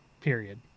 period